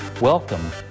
Welcome